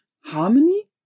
harmony